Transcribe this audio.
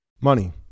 Money